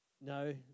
No